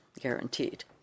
guaranteed